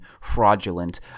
fraudulent